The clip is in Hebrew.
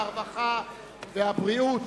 הרווחה והבריאות,